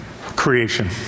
creation